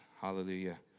Hallelujah